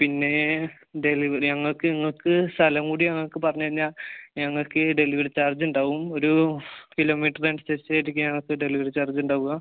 പിന്നെ എന്തേലും ഞങ്ങൾക്ക് നിങ്ങൾക്ക് സ്ഥലം കൂടി ഞങ്ങൾക്ക് പറഞ്ഞു കഴിഞ്ഞാൽ ഞങ്ങൾക്ക് ഡെലിവറി ചാർജജ് ഉണ്ടാവും ഒരു കിലോമീറ്റർ അനുസരിച്ച് ആയിരിക്കാം നമുക്ക് ഡെലിവറി ചാർജജ് ഉണ്ടാവുക